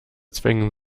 zwängen